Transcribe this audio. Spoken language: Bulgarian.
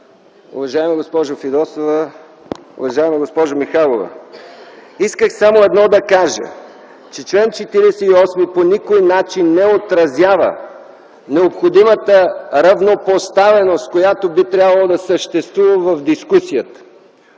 уважаема госпожо Фидосова, уважаема госпожо Михайлова! Исках само едно да кажа – че чл. 48 по никакъв начин не отразява необходимата равнопоставеност, която би трябвало да съществува в дискусията,